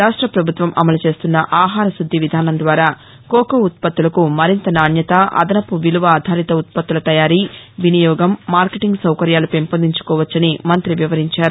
రాష్ట ప్రభుత్వం అమలు చేస్తున్న ఆహారశుద్ది విధాసం ద్వారా కోకో ఉత్పత్తులకు మరింత నాణ్యత అదనపు విలువ ఆధారిత ఉత్పత్తుల తయారీ వినియోగం మార్కెటింగ్ సౌకర్యాలు పెంపొందించుకోవచ్చని మంత్రి వివరించారు